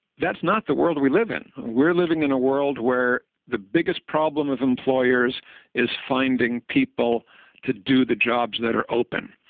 that's not the world we live in. we're living in a world where the biggest problem of employers is finding people to do the jobs that are open.